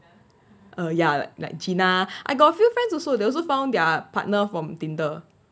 err ya like gina I got few friends also they also found their partner from Tinder